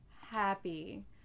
happy